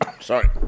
Sorry